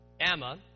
Emma